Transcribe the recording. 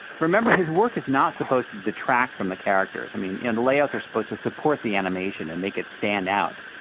remember, his work is not supposed to detract from the characters. i mean, you know the layouts are supposed to support the animation and make it stand out.